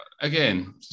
again